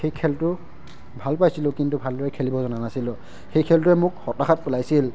সেই খেলটো ভাল পাইছিলোঁ কিন্তু ভালদৰে খেলিব জনা নাছিলোঁ সেই খেলটোৱে মোক হতাশাত পেলাইছিল